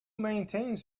maintains